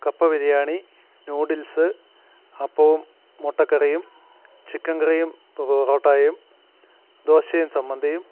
കപ്പബിരിയാണി noodles അപ്പവും മുട്ടക്കറിയും chicken കറിയും പൊറോട്ടായും ദോശയും ചമ്മന്തിയും